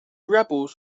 rebels